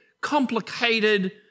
complicated